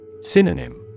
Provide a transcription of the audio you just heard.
Synonym